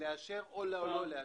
לאשר או לא לאשר.